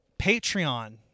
Patreon